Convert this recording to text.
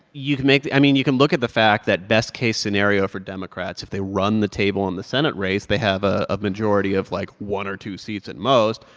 you can make the i mean you can look at the fact that best-case scenario for democrats, if they run the table in the senate race, they have ah a majority of, like, one or two seats at most.